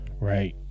right